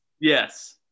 Yes